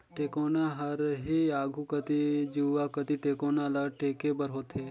टेकोना हर ही आघु कती जुवा कती टेकोना ल टेके बर होथे